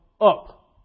up